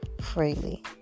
freely